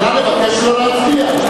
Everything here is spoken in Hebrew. הצבעה בבקשה,